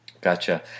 Gotcha